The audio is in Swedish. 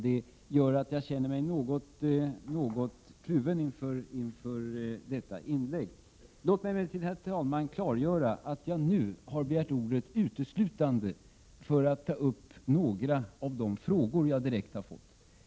Detta gör att jag känner mig något kluven inför detta inlägg. Låt mig, herr talman, klargöra att jag nu har begärt ordet uteslutande för att ta upp några av de frågor som jag har fått.